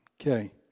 Okay